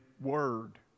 word